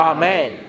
Amen